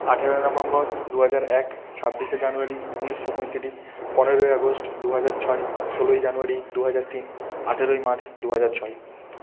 আঠেরো নভেম্বর দু হাজার এক ছাব্বিশে জানোয়ারি উনিশশো পঁয়ত্রিশ পনেরোই আগস্ট দু হাজার ছয় ষোলোই জানোয়ারি দু হাজার তিন আঠেরোই মার্চ দু হাজার ছয়